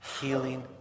healing